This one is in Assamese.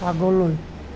আগলৈ